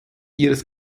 ihres